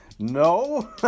No